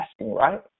right